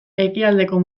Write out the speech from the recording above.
ekialdeko